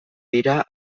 dira